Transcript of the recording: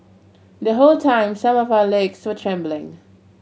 the whole time some of our legs were trembling